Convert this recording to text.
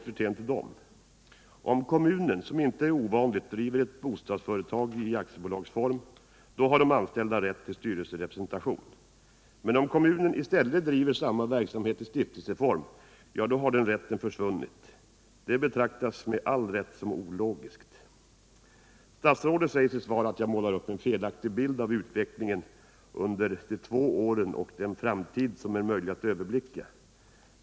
Om kommunen — som inte är ovanligt — driver ett bostadsföretag i aktiebolagsform, har de anställda rätt till styrelserepresentation, men om kommunen i stället driver samma verksamhet i stiftelseform, har den rätten försvunnit. Det betraktas med allt skäl som ologiskt. Statsrådet säger i sitt svar att jag målar upp en felaktig bild av utvecklingen under de gångna två åren och den framtid som är möjlig att överblicka.